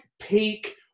peak